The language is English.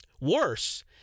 Worse